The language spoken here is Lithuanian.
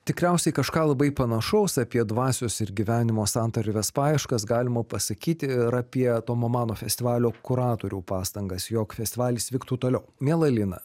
tikriausiai kažką labai panašaus apie dvasios ir gyvenimo santarvės paieškas galima pasakyti ir apie tomo mano festivalio kuratorių pastangas jog festivalis vyktų toliau miela lina